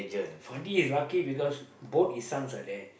Fandi is lucky because boat is sounds like there